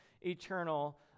eternal